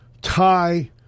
tie